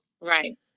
Right